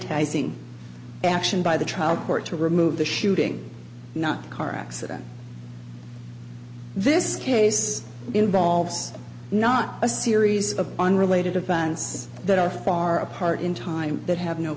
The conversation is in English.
zing action by the trial court to remove the shooting not car accident this case involves not a series of unrelated events that are far apart in time that have no